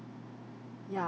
ya